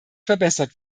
verbessert